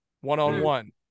one-on-one